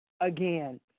again